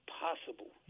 possible